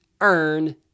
earn